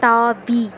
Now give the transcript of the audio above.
தாவி